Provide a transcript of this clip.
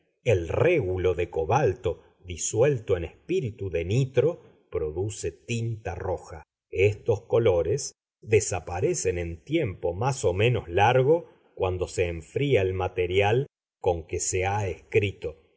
el régulo de cobalto disuelto en espíritu de nitro produce tinta roja estos colores desaparecen en tiempo más o menos largo cuando se enfría el material con que se ha escrito